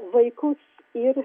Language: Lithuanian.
vaikus ir